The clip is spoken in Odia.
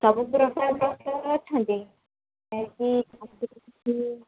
ସବୁ ପ୍ରକାର ପ୍ରକାର ଅଛନ୍ତି କି